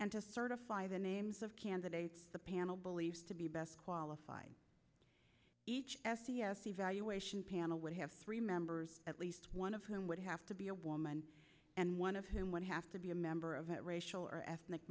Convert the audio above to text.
and to certify the names of candidates the panel believes to be best qualified each s t s evaluation panel would have three members at least one of whom would have to be a woman and one of whom would have to be a member of a racial or ethnic